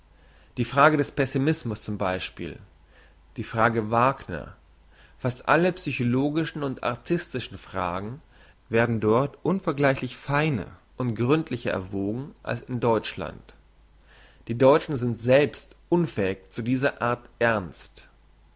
die frage des pessimismus zum beispiel die frage wagner fast alle psychologischen und artistischen fragen werden dort unvergleichlich feiner und gründlicher erwogen als in deutschland die deutschen sind selbst unfähig zu dieser art ernst